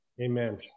Amen